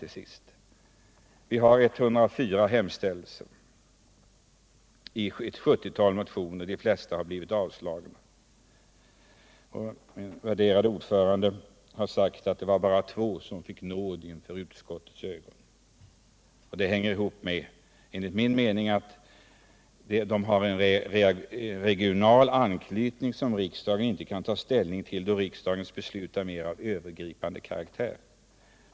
Till sist: Vi har i det här betänkandet 104 hemställningar i ett 70-tal motioner. De flesta har blivit avstyrkta — min värderade ordförande i utskottet har sagt att det bara var två som fick nåd inför utskottets ögon. Att de flesta motioner blivit avstyrkta hänger enligt min mening ihop med att de har en regional anknytning, som gör att riksdagen inte kan ta ställning till dem, då riksdagens beslut är av mer övergripande karaktär.